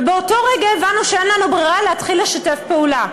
ובאותו רגע הבנו שאין לנו ברירה אלא להתחיל לשתף פעולה,